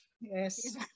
yes